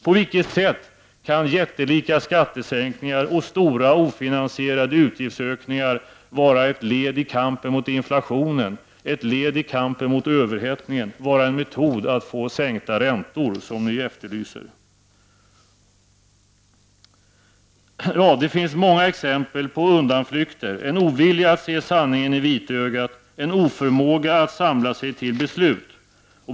På vilket sätt kan jättelika skattesänkningar och stora ofinansierade utgiftsökningar vara ett led i kampen mot inflationen och överhettningen, en metod att få en sänkning av räntorna, något som ni efterlyser? Ja, det finns många exempel på undanflykter, en ovilja att se sanningen i vitögat, en oförmåga att samla sig till beslut.